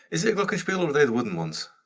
is it glockenspiel or are they the wooden ones?